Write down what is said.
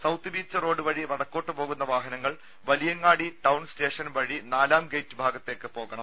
south beach road വഴി വടക്കോട്ട് പോകുന്ന വാഹനങ്ങൾ വലിയങ്ങാടി ടൌൺ സ്റ്റേഷൻ റോഡ് വഴി നാലാം ഗെയിറ്റ് ഭാഗത്തേക്ക് പോകണം